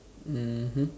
mmhmm